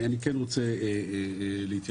אני כן רוצה להתייחס.